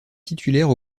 titulaire